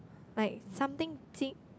like something qing